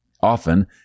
Often